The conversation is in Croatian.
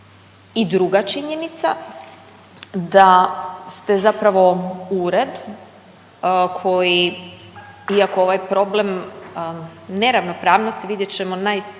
I druga činjenica d ste zapravo ured koji iako ovaj problem neravnopravnosti vidjet ćemo, najčešće